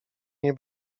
nie